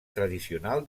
tradicional